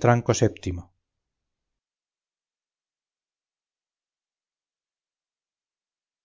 tranco